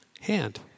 hand